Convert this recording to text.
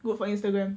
good for instagram